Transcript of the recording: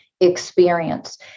experience